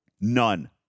None